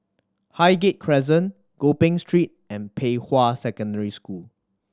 Highgate Crescent Gopeng Street and Pei Hwa Secondary School